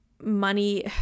money